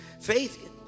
faith